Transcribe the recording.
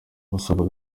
gusaba